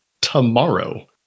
tomorrow